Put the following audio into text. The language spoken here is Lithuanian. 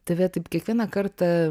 tave taip kiekvieną kartą